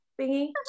thingy